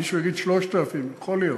מישהו יגיד 3,000. יכול להיות.